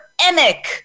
Emic